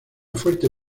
fuerte